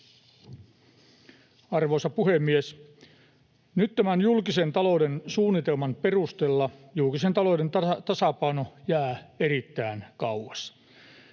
Arvoisa puhemies! Nyt tämän julkisen talouden suunnitelman perusteella julkisen talouden tasapaino jää erittäin kauas.